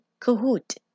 Kahoot